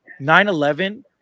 9/11